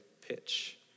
pitch